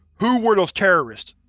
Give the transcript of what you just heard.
who were those terrorists!